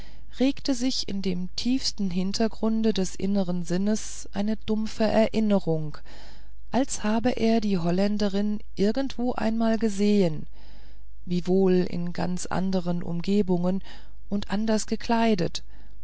regte sich in dem tiefsten hintergrunde des inneren sinnes eine dumpfe erinnerung als habe er die holländerin irgendwo einmal gesehen wiewohl in ganz andern umgebungen und anders gekleidet